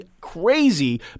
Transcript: crazy